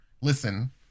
listen